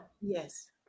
Yes